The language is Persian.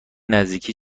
نزدیکی